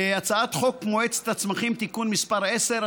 הצעת חוק מועצת הצמחים (תיקון מס' 10),